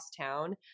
town